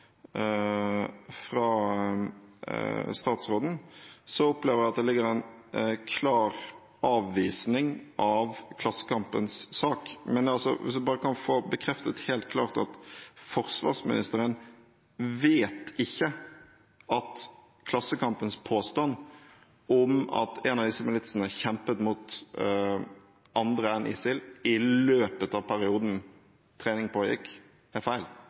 fra statsråden, opplever jeg at det ligger en klar avvisning av Klassekampens sak. Men kan jeg bare få bekreftet det helt klart: Forsvarsministeren vet ikke at Klassekampens påstand om at en av disse militsene kjempet mot andre enn ISIL i løpet av perioden treningen pågikk, er feil?